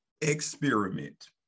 experiment